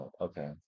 okay